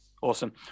Awesome